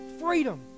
freedom